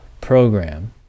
program